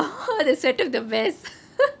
oh the sweater the best